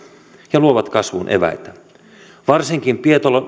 ja luovat kasvun eväitä varsinkin